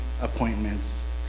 appointments